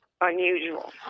unusual